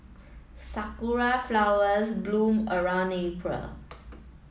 sakura flowers bloom around April